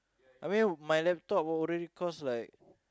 I mean my laptop already cause like